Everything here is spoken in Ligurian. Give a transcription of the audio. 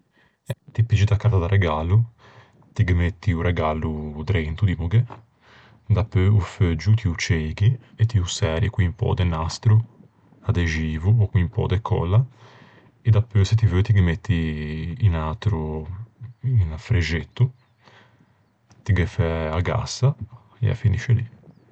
Ti piggi da carta da regallo, ti ghe metti o regallo drento, dimmoghe. Dapeu o feuggio ti ô ceighi e ti ô særi un pö de nastro adexivo ò con un pö de còlla. E dapeu se ti veu ti ghe metti un atro frexetto, ti ghe fæ a gassa e a finisce lì.